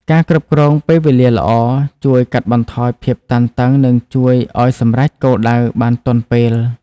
ការគ្រប់គ្រងពេលវេលាល្អជួយកាត់បន្ថយភាពតានតឹងនិងជួយឱ្យសម្រេចគោលដៅបានទាន់ពេល។